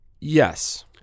Yes